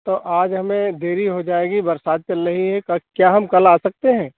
तो आज हमें देरी हो जाएगी बरसात चल रही है क क्या हम कल आ सकते हैं